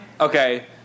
Okay